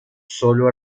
solo